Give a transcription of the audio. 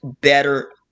better